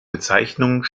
bezeichnung